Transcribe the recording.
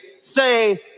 say